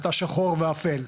אתה שחור ואפל',